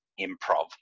improv